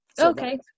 Okay